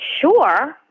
sure